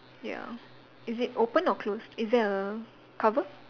ya is it opened or closed is there a cover